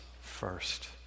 first